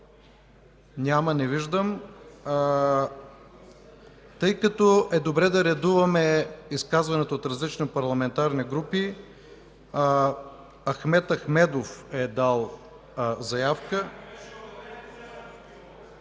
Няма. Тъй като е добре да редуваме изказванията от различни парламентарни групи – Ахмед Ахмедов е дал заявка.